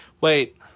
wait